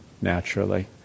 naturally